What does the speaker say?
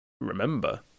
remember